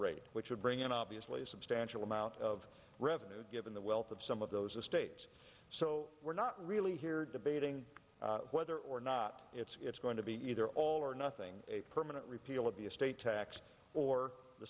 rate which would bring in obviously a substantial amount of revenue given the wealth of some of those estates so we're not really here debating whether or not it's going to be either all or nothing a permanent repeal of the estate tax or the